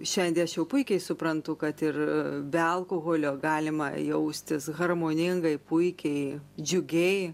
šiandien aš jau puikiai suprantu kad ir be alkoholio galima jaustis harmoningai puikiai džiugiai